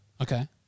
Okay